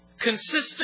consistent